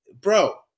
bro